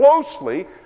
closely